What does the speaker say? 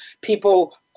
people